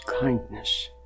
kindness